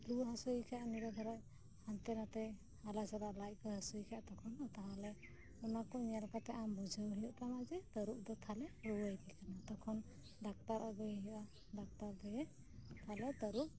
ᱨᱩᱣᱟᱹ ᱦᱟᱥᱩᱭᱮ ᱠᱷᱟᱡ ᱩᱱᱤ ᱫᱚ ᱛᱟᱦᱞᱮ ᱦᱟᱱᱛᱮ ᱱᱟᱛᱮ ᱟᱞᱚᱭ ᱪᱟᱞᱟᱜ ᱞᱟᱡ ᱠᱚ ᱦᱟᱥᱩᱭᱮ ᱠᱷᱟᱡ ᱛᱚᱠᱷᱚᱱ ᱫᱚ ᱛᱟᱦᱞᱮ ᱚᱱᱟ ᱠᱚ ᱧᱮᱞ ᱠᱟᱛᱮᱜ ᱟᱢ ᱵᱩᱡᱷᱟᱹᱣ ᱦᱩᱭᱩᱜ ᱛᱟᱢᱟ ᱡᱮ ᱛᱟᱨᱩᱯ ᱫᱚ ᱛᱟᱦᱞᱮ ᱨᱩᱣᱟᱹᱭᱮ ᱠᱟᱱᱟ ᱛᱚᱠᱷᱚᱱ ᱰᱟᱠᱛᱟᱨ ᱟᱜᱩᱭᱮ ᱦᱩᱭᱩᱜᱼᱟ ᱰᱟᱠᱛᱟᱨ ᱫᱤᱭᱮ ᱛᱟᱦᱞᱮ ᱛᱟᱨᱩᱯ